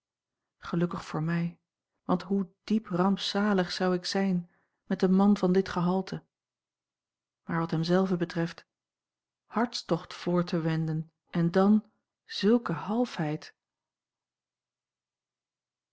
gelukkig voor mij want hoe diep rampzalig zou ik zijn met een man van dit gehalte maar wat hem zelven betreft hartstocht voor te wenden en dan zulke